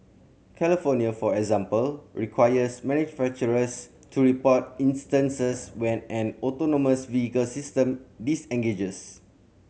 California for example requires manufacturers to report instances when an autonomous vehicle system disengages